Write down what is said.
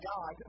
God